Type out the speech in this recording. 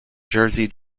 jersey